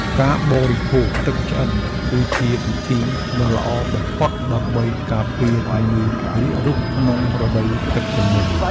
ការបរិភោគទឹកឆ្អិនគឺជាវិធីដ៏ល្អបំផុតដើម្បីការពារជំងឺរាករូសក្នុងរដូវទឹកជំនន់។